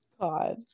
god